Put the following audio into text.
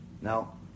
Now